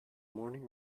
mourning